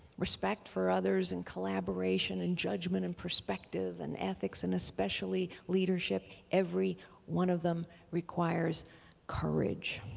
respect for others and collaboration and judgment and perspective and ethics and especially leadership? every one of them requires courage.